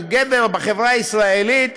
של גבר בחברה ישראלית,